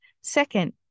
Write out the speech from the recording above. Second